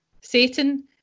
satan